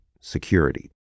security